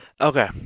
Okay